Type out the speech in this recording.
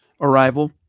arrival